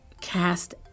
cast